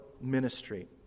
ministry